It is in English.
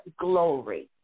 glory